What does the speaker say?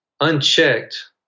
unchecked